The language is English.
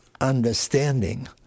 understanding